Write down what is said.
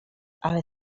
ale